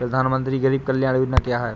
प्रधानमंत्री गरीब कल्याण योजना क्या है?